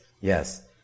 Yes